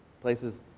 places